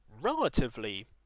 relatively